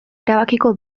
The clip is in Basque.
erabakiko